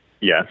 yes